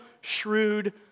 shrewd